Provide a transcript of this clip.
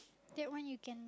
that one you can